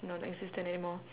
non existent anymore